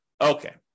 Okay